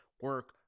Work